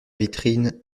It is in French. vitrine